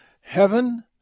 Heaven